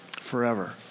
forever